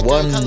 One